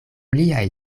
liaj